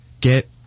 Get